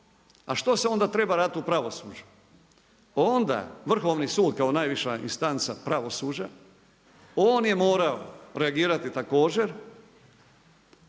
A što se onda treba raditi u pravosuđu? Onda vrhovni sud kao najviša instanca pravosuđa, on je morao reagirati također,